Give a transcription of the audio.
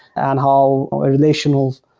and how ah relational,